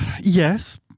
Yes